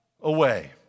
away